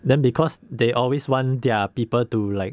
then because they always want their people to like